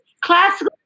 classical